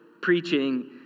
preaching